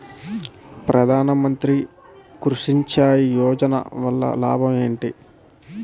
ప్రధాన మంత్రి కృషి సించాయి యోజన వల్ల లాభం ఏంటి?